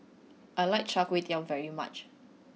I like Char Kway Teow very much